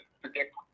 predict